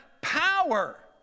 power